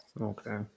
okay